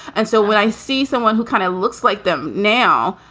and so when i see someone who kind of looks like them now.